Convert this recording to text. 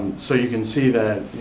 so you can see that,